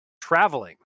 traveling